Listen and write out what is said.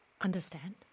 Understand